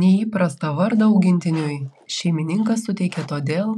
neįprastą vardą augintiniui šeimininkas suteikė todėl